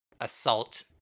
assault